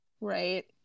Right